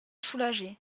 soulager